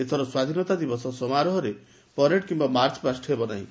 ଏଥର ସ୍ୱାଧୀନତା ଦିବସ ସମାରୋହରେ ପରେଡ କିମ୍ବା ମାର୍ଚ୍ଚପାଷ୍ ହେବ ନାହିଁ